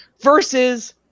versus